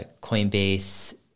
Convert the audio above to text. Coinbase